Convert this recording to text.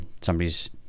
somebody's